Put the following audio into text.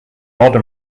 modern